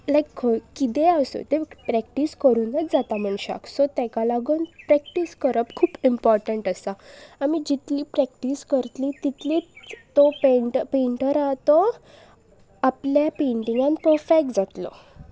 लायक खंय कितेंय आसूं तें प्रॅक्टीस करुनूच जाता मनशाक सो तेका लागून प्रॅक्टीस करप खूब इम्पोर्टंट आसा आमी जितली प्रॅक्टीस करतली तितलीच तो पेंट पेंटर आसा तो आपल्या पेंटिंगान पफेक्ट जातलो